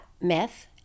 myth